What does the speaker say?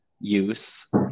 use